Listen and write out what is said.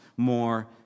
more